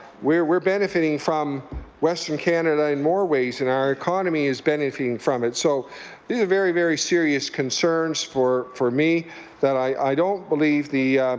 we're we're benefitting from western canada in more ways and our economy is benefitting from it. so these are very, very serious concerns for for me that i don't believe the